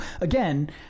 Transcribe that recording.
again